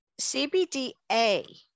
CBDA